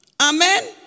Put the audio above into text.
Amen